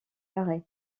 carré